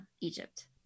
Egypt